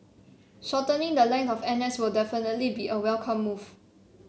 shortening the length of N S will definitely be a welcome move